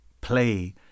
play